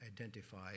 identify